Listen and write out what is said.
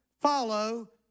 follow